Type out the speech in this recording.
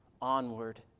onward